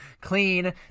Clean